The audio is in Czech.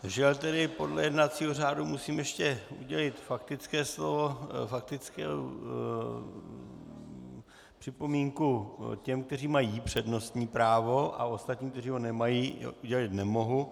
Žel tedy podle jednacího řádu musím ještě udělit faktické slovo, faktickou připomínku těm, kteří mají přednostní právo, a ostatním, kteří ho nemají, udělit nemohu.